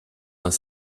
dans